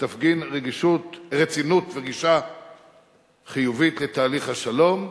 תפגין רצינות וגישה חיובית לתהליך השלום.